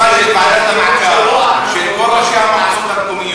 ישיבה של ועדת המעקב של כל ראשי המועצות המקומיות.